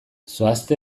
zoazte